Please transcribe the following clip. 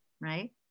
right